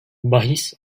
bahis